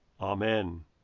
Amen